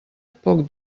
poc